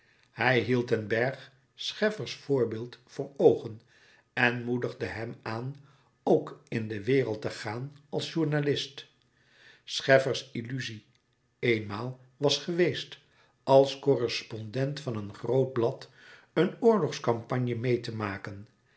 hij hield den bergh scheffers voorbeeld voor oogen en moedigde hem aan ook in de wereld te gaan als journalist scheffers illuzie eenmaal was geweest als correspondent van een groot blad een oorlogscampagne meê te maken